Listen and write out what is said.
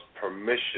permission